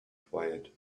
quiet